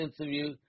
interview